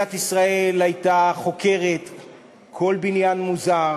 מדינת ישראל הייתה חוקרת כל בניין מוזר